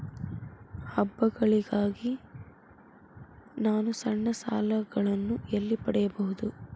ಹಬ್ಬಗಳಿಗಾಗಿ ನಾನು ಸಣ್ಣ ಸಾಲಗಳನ್ನು ಎಲ್ಲಿ ಪಡೆಯಬಹುದು?